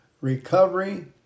Recovery